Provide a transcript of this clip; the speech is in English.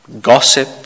Gossip